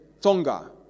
Tonga